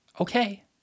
Okay